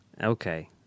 Okay